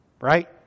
Right